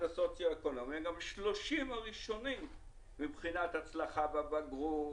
הסוציו אקונומי הם גם 30 הראשונים מבחינת הצלחה בבגרות,